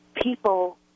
people